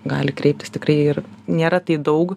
gali kreiptis tikrai ir nėra tai daug